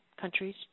countries